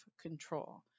control